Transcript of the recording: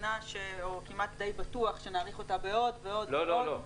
הנמנע או כמעט די בטוח שנאריך אותה בעוד בעוד בעוד.